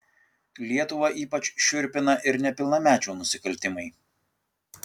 lietuvą ypač šiurpina ir nepilnamečių nusikaltimai